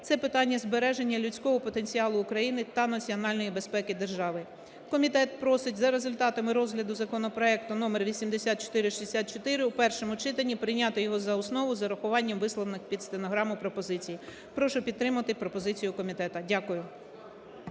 Це питання збереження людського потенціалу України та національної безпеки держави. Комітет просить за результатами розгляду законопроекту № 8464 у першому читанні прийняти його за основу з урахуванням висловлених під стенограму пропозицій. Прошу підтримати пропозицію комітету. Дякую.